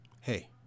Hey